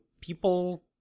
people